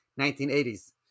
1980s